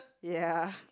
ya